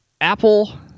Apple